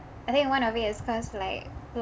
I think one of it is cause like